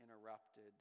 interrupted